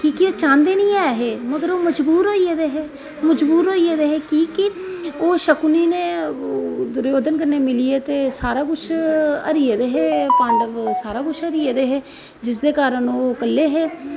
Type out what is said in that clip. कि ओह् चाहंदे नेईं ऐ हे मगर ओह् मजबूर होई गेदे है मजबूर होई गेदे है कि ओह् शकुनी ने दुर्योधन कन्नै मिलियै सारा कुछ हरी गेदे हे पांडव सारा कुछ हरी गेदे है जिसदे काऱण ओह् कल्ले हे